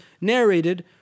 narrated